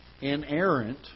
inerrant